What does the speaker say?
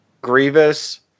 Grievous